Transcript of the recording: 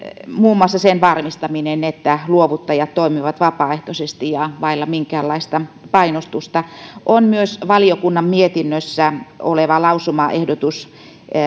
muun muassa sen varmistaminen että luovuttajat toimivat vapaaehtoisesti ja vailla minkäänlaista painostusta on myös valiokunnan mietinnössä oleva lausumaehdotus